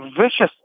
viciously